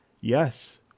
Yes